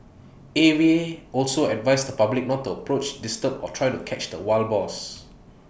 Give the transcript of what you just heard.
A V A also advised the public not to approach disturb or try to catch the wild boars